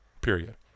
period